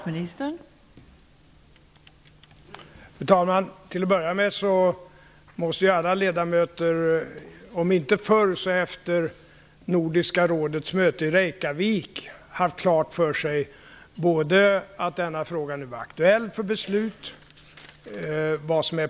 Fru talman! Alla ledamöter måste om inte förr så åtminstone efter Nordiska rådets möte i Reykjavik haft klart fört sig att denna fråga nu är aktuell för beslut.